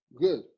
good